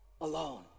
alone